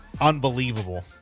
Unbelievable